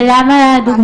ולמה זמן